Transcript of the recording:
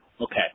Okay